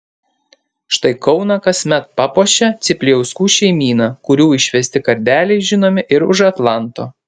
štai kauną kasmet papuošia ciplijauskų šeimyna kurių išvesti kardeliai žinomi ir už atlanto